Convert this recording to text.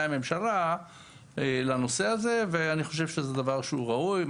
הממשלה לנושא הזה ואני חושב שזה דבר שהוא ראוי.